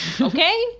Okay